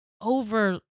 over